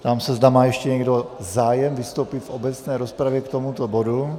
Ptám se, zda má ještě někdo zájem vystoupit v obecné rozpravě k tomuto bodu.